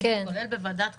כולל בוועדת הכספים,